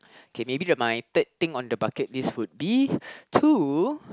okay maybe the my third thing on the bucket list would be to